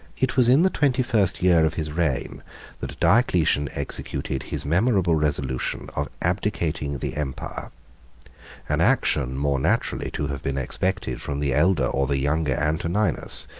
it was in the twenty first year of his reign that diocletian executed his memorable resolution of abdicating the empire an action more naturally to have been expected from the elder or the younger antoninus,